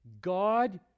God